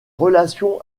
relations